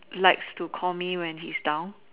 likes to call me when he's down